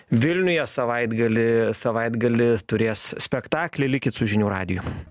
vilniuje savaitgalį savaitgalį turės spektaklį likit su žinių radiju